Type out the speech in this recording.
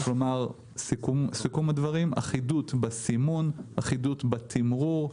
לסיכום, אחידות בסימון, אחידות בתמרור,